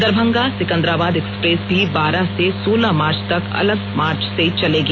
Darbhanga Secunderabad express भी बारह सै सोलह मार्च तक अलग मार्ग से चलेगी